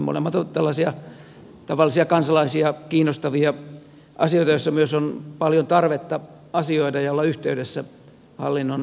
molemmat ovat tällaisia tavallisia kansalaisia kiinnostavia asioita joissa myös on paljon tarvetta asioida ja olla yhteydessä hallinnon asiantuntijoihin